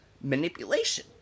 manipulation